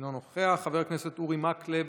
אינו נוכח, חבר הכנסת אורי מקלב,